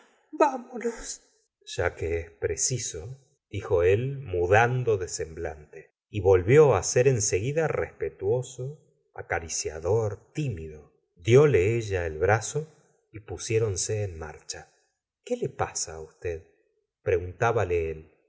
monos ya que es preciso dijo él mudando de semblante y volvió ser en ieguida respetuoso acaricia dor tímido dióle ella el brazo y pusiéronse en marcha qué le pasa usted preguntbale él